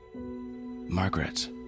Margaret